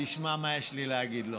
שישמע מה יש לי להגיד לו.